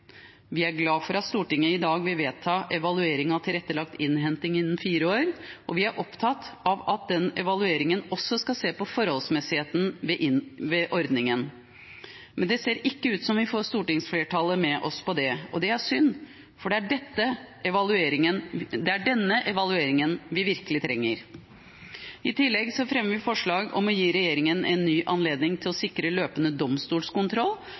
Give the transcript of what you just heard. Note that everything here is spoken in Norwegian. Vi er glad for at Stortinget i dag vil vedta evaluering av tilrettelagt innhenting innen fire år, og vi er opptatt av at den evalueringen også skal se på forholdsmessigheten ved ordningen. Men det ser ikke ut som om vi får stortingsflertallet med oss på det, og det er synd, for det er denne evalueringen vi virkelig trenger. I tillegg fremmer vi forslag om å gi regjeringen en ny anledning til å sikre løpende domstolskontroll